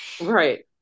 Right